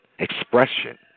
Expression